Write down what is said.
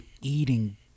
eating